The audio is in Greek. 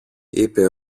είπε